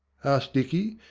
asked dicky,